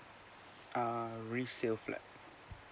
uh resale flat